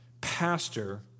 Pastor